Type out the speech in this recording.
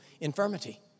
infirmity